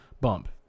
bump